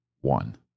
one